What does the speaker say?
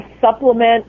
supplement